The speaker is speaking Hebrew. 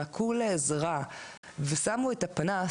הרימו את אותו טלפון או זעקו לעזרה ושמו את הפנס.